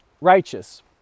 righteous